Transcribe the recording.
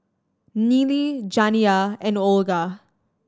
Nealy Janiyah and Olga